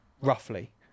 Roughly